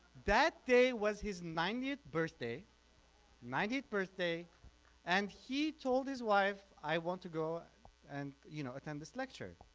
that day was his ninetieth birthday ninetieth birthday and he told his wife i want to go and you know attend this lecture.